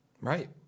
Right